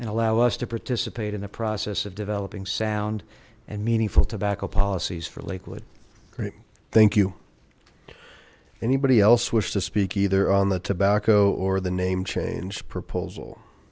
and allow us to participate in the process of developing sound and meaningful tobacco policies for lakewood great thank you anybody else wish to speak either on the tobacco or the name change proposal